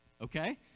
okay